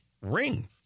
ring